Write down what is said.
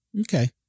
okay